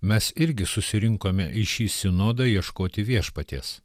mes irgi susirinkome į šį sinodą ieškoti viešpaties